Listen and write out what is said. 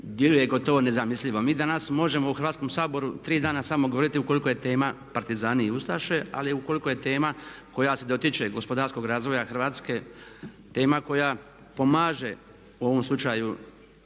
djeluje gotovo nezamislivo. Mi danas možemo u Hrvatskom saboru 3 dana samo govoriti ukoliko je tema partizani i ustaše ali ukoliko je tema koja se dotiče gospodarskog razvoja Hrvatske, tema koja pomaže u ovom slučaju